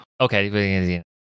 Okay